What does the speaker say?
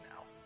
now